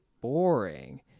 boring